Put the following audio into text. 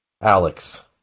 Alex